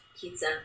pizza